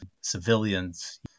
civilians